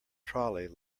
trolley